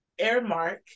Airmark